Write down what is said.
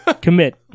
Commit